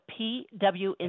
PW